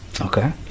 Okay